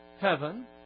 heaven